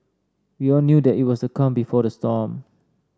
we all knew that it was a calm before the storm